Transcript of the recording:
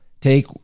take